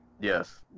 Yes